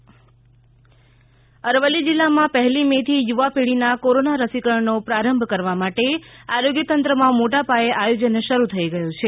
અરવલ્લીમાં યુવા રસીકરણ અરવલ્લી જિલ્લામાં પહેલી મે થી યુવા પેઢીના કોરોના રસીકરણનો પ્રારંભ કરવા માટે આરોગ્ય તંત્રમાં મોટા પાયે આયોજન શરૂ થઈ ગયું છે